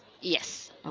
Yes